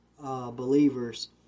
Believers